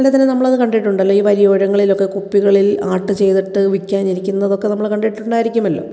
അല്ലേ തന്നെ നമ്മൾ അത് കണ്ടിട്ടുണ്ടാല്ലോ ഈ വലിയ വഴി ഇടങ്ങളിലൊക്കെ കുപ്പികളിൽ ആര്ട്ട് ചെയ്തിട്ട് വിൽക്കാന് ഇരിക്കുന്നതൊക്കെ നമ്മൾ കണ്ടിട്ടുണ്ടായിരിക്കുമല്ലോ